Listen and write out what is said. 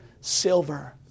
silver